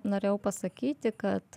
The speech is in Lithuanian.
norėjau pasakyti kad